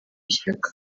shyaka